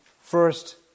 First